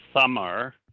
summer